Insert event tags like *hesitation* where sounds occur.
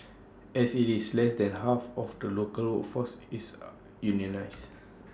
as IT is less than half of the local workforce is *hesitation* unionised